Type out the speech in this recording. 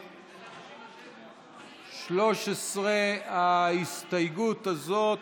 13. ההסתייגות הזאת,